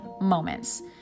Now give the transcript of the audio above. moments